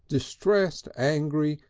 distressed, angry,